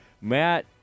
Matt